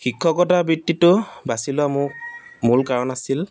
শিক্ষকতা বৃত্তিটো বাচি লোৱা মূ মূল কাৰণ আছিল